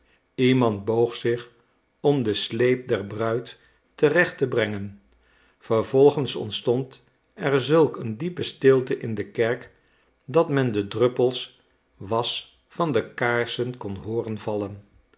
iemand boog zich om den sleep der bruid terecht te brengen vervolgens ontstond er zulk een diepe stilte in de kerk dat men de druppels was van de kaarsen kon hooren vallen